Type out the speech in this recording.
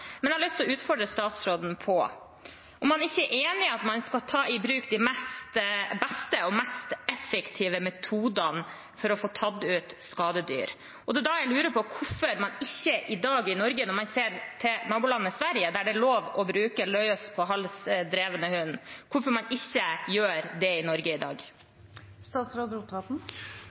men jeg har lyst til å utfordre statsråden på om han ikke er enig i at man skal ta i bruk de beste og mest effektive metodene for å få tatt ut skadedyr. Da lurer jeg på: Når man ser til nabolandet Sverige der det er lov til å bruke løs, på drevet halsende hund, hvorfor har man ikke det i Norge i